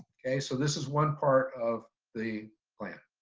so this is one part of the plan.